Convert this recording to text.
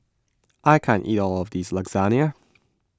I can't eat all of this Lasagna